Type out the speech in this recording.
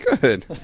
Good